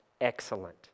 excellent